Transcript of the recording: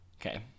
okay